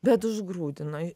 bet užgrūdino